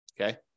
Okay